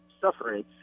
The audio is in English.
suffering